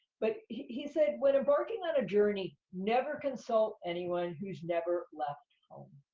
but he said, when embarking on a journey, never consult anyone who's never left home.